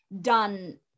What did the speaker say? done